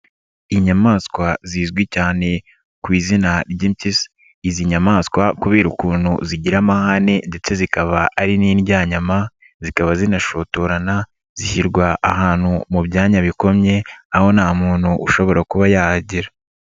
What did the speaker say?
Inyamaswa zizwi cyane ku izina ry'impyisi, izi nyamaswa kubera ukuntu zigira amahane ndetse zikaba ari n'indya nyama zikaba zinashotorana zishyirwa ahantu mu byanya bikomye aho nta muntu ushobora kuba yahagera.